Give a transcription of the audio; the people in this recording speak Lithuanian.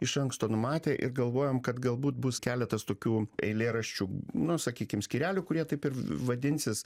iš anksto numatė ir galvojom kad galbūt bus keletas tokių eilėraščių nu sakykim skyrelių kurie taip ir vadinsis